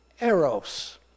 Eros